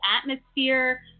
atmosphere